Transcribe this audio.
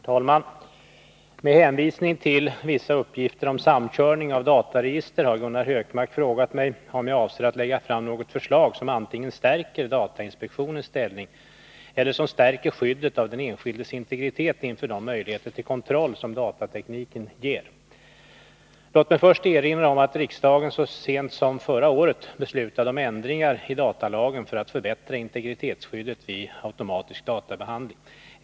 Herr talman! Med hänvisning till vissa uppgifter om samkörning av dataregister har Gunnar Hökmark frågat mig om jag avser att lägga fram något förslag som antingen stärker datainspektionens ställning eller stärker skyddet av den enskildes integritet inför de möjligheter till kontroll som datatekniken ger. Låt mig först erinra om att riksdagen så sent som förra året beslutade om ändringar i datalagen för att förbättra integritetsskyddet vid automatisk databehandling.